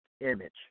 image